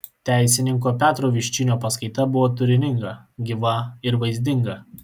teisininko petro viščinio paskaita buvo turininga gyva ir vaizdinga